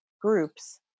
groups